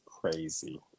Crazy